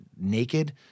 naked